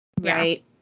right